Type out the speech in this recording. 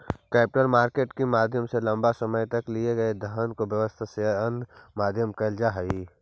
capital market के माध्यम से लंबा समय तक के लिए धन के व्यवस्था शेयर या अन्य माध्यम से कैल जा हई